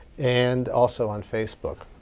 and also on facebook.